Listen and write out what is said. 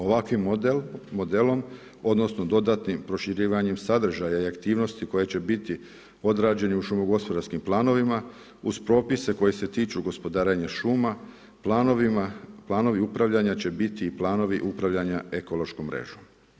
Ovakvim modelom, odnosno dodatnim proširivanjem sadržaja i aktivnosti koji će biti odrađeni u šumo gospodarskim planovima, uz propise koji se tiču gospodarenja šuma, planovi upravljanja će biti i planovi upravljanja ekološkom mrežom.